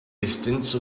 distance